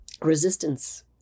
resistance